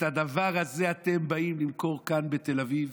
את הדבר הזה אתם באים למכור כאן בתל אביב,